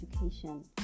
education